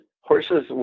horses